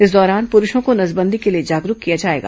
इस दौरान पुरूषों को नसबंदी के लिए जागरूक किया जाएगा